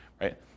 right